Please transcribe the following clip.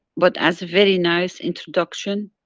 but as very nice introduction,